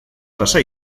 tasa